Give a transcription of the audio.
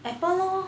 apple lor